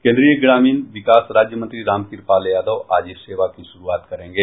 केन्द्रीय ग्रामीण विकास राज्य मंत्री रामकृपाल यादव आज इस सेवा की शुरूआत करेंगे